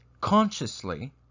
consciously